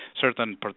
certain